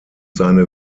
seine